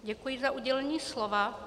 Děkuji za udělení slova.